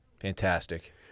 fantastic